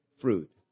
fruit